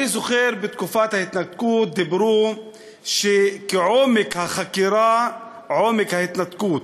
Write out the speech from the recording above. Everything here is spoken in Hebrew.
אני זוכר שבתקופת ההתנתקות אמרו שכעומק החקירה עומק ההתנתקות.